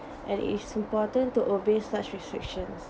and it's important to obey such restrictions